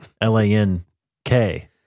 L-A-N-K